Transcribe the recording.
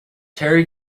terry